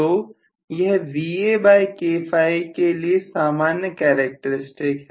तो यह के लिए सामान्य कैरेक्टरिस्टिक है